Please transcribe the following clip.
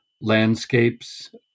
landscapes